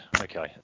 Okay